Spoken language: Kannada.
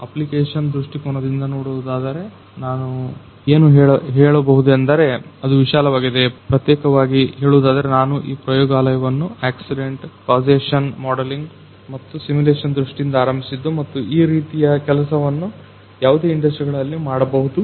ಅಪ್ಲಿಕೇಶನ್ ದೃಷ್ಠಿಕೋನದಿಂದ ನೋಡುವುದಾದರೆ ನಾನು ಏನು ಹೇಳಬಹುದೆಂದರೆ ಅದು ವಿಶಾಲವಾಗಿದೆ ಪ್ರತ್ಯೇಕವಾಗಿ ಹೇಳುವುದಾದರೆ ನಾವು ಈ ಪ್ರಯೋಗಲಯವನ್ನ ಆಕ್ಸಿಡೆಂಟ್ ಕಾಜೇಷನ್ ಮಾಡೆಲಿಂಗ್ ಮತ್ತು ಸಿಮುಲೇಷನ್ ದೃಷ್ಠಿಯಿಂದ ಆರಂಭಿಸಿದ್ದು ಮತ್ತು ಈ ರೀತಿಯ ಕೆಲಸವನ್ನ ಯಾವುದೇ ಇಂಡಸ್ಟ್ರಿ ಗಳಲ್ಲಿ ಮಾಡಬಹುದು